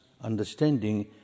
understanding